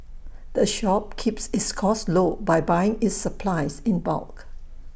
the shop keeps its costs low by buying its supplies in bulk